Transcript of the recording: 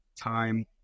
time